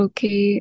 Okay